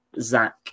Zach